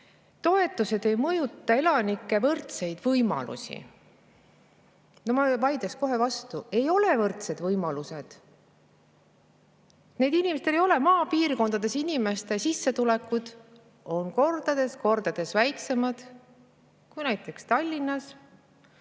toetused ei mõjuta elanike võrdseid võimalusi. Ma vaidleks kohe vastu. Ei ole võrdsed võimalused. Inimestel ei ole [võrdseid võimalusi]. Maapiirkondades inimeste sissetulekud on kordades-kordades väiksemad kui näiteks Tallinnas